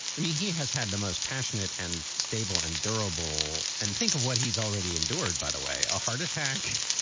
i mean, he has had the most passionate and stable and durable. and think of what he's already endured, by the way, a heart attack,